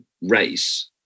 race